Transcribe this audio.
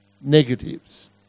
negatives